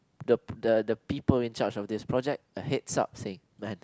the the people in charge of this project a heads up say man